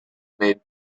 made